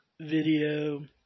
video